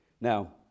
now